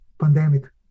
Pandemic